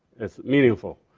it's meaningful,